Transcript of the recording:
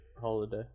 holiday